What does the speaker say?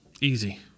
Easy